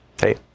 Hey